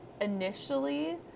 initially